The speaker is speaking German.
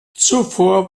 zuvor